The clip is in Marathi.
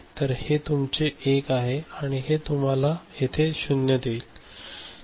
तर हे तुमचे 1 आहे आणि हे तुम्हाला येथे 0 देईल